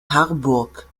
harburg